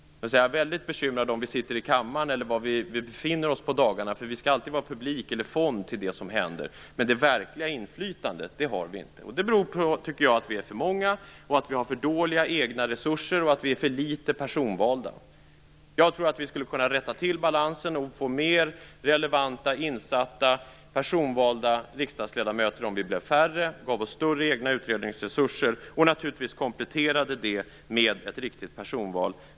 Man är väldigt bekymrad över om vi sitter i kammaren eller var vi befinner oss på dagarna. Vi skall alltid vara publik eller fond till det som händer. Men det verkliga inflytandet har vi inte. Det beror på att vi är för många och på att vi har för dåliga egna resurser och att vi är för litet personvalda. Jag tror att vi skulle kunna rätta till balansen och få mer relevanta och insatta personvalda riksdagsledamöter om vi blev färre och gav oss större egna utredningsresurser. Det skulle naturligtvis kompletteras med ett riktigt personval.